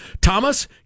Thomas